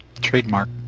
Trademark